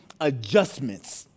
adjustments